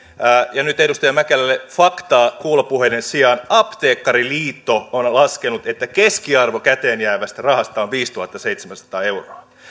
ja nyt edustaja mäkelälle faktaa kuulopuheiden sijaan apteekkariliitto on on laskenut että keskiarvo käteen jäävästä rahasta on viisituhattaseitsemänsataa euroa